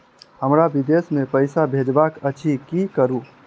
हमरा विदेश मे पैसा भेजबाक अछि की करू?